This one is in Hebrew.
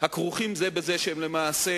הכרוכים זה בזה, ולמעשה